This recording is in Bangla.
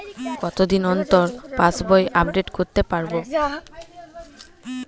কতদিন অন্তর পাশবই আপডেট করতে পারব?